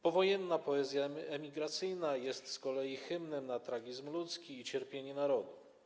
Powojenna poezja emigracyjna jest z kolei hymnem, opisuje tragizm ludzki i cierpienie narodu.